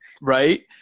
right